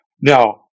Now